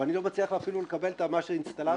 ואני לא מצליח אפילו לקבל את מה שהאינסטלטור מקבל?